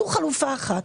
זו חלופה אחת.